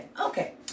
Okay